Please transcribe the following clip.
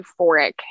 euphoric